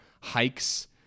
hikes